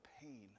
pain